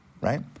right